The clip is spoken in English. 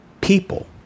people